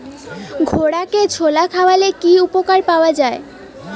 ঘোড়াকে ছোলা খাওয়ালে কি উপকার পাওয়া যায়?